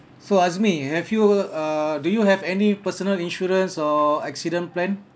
so azmi have you err do you have any personal insurance or accident plan